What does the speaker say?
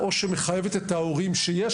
או שמחייבת את ההורים לשאת